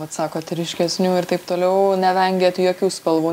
vat sakot ryškesnių ir taip toliau nevengiat jokių spalvų